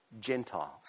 Gentiles